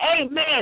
Amen